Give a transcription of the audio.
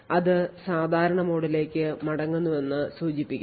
അത് സാധാരണ മോഡിലേക്ക് മടങ്ങുന്നുവെന്ന് സൂചിപ്പിക്കുന്നു